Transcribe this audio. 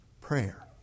prayer